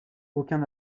aucun